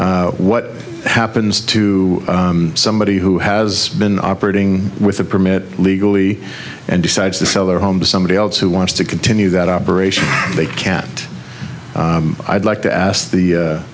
blanket what happens to somebody who has been operating with a permit legally and decides to sell their home to somebody else who wants to continue that operation they can't i had like to ask the